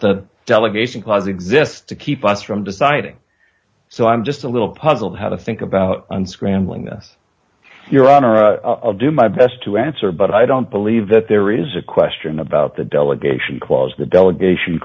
the delegation closet exists to keep us from deciding so i'm just a little puzzled how to think about unscrambling your honor i'll do my best to answer but i don't believe that there is a question about the delegation clause the delegation